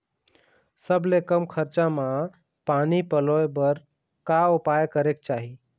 सबले कम खरचा मा पानी पलोए बर का उपाय करेक चाही?